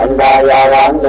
la la